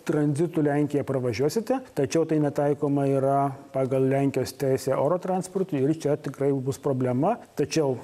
tranzitu lenkiją pravažiuosite tačiau tai netaikoma yra pagal lenkijos teisę oro transportui ir čia tikrai jau bus problema tačiau